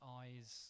eyes